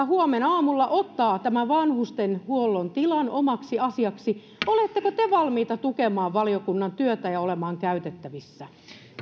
huomenna aamulla ottaa tämän vanhustenhuollon tilan omaksi asiaksi oletteko te valmis tukemaan valiokunnan työtä ja olemaan käytettävissä